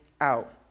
out